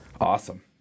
Awesome